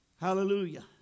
Hallelujah